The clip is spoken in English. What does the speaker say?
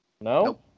No